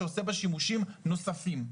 שעושה בה שימושים נוספים.